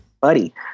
buddy